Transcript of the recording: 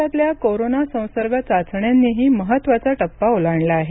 देशातल्या कोरोना संसर्ग चाचण्यांनीही महत्त्वाचा टप्पा ओलांडला आहे